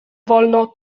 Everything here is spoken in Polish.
wolno